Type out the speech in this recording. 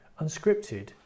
Unscripted